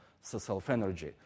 self-energy